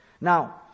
Now